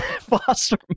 Foster